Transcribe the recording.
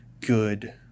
good